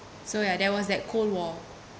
so ya that was that cold war